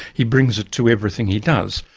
he brings it to everything he does.